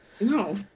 No